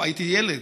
הייתי ילד,